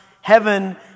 heaven